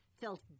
felt